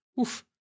Oof